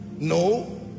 no